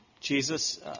Jesus